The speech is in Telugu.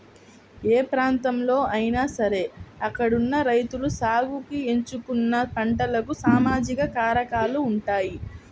ఏ ప్రాంతంలో అయినా సరే అక్కడున్న రైతులు సాగుకి ఎంచుకున్న పంటలకు సామాజిక కారకాలు ఉంటాయి